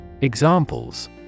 Examples